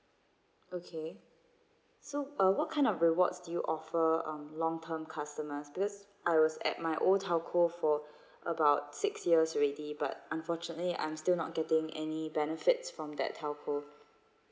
okay so uh kind of rewards do you offer um long term customers because I was at my old telco for about six years already by unfortunately I'm still not getting any benefits from that telco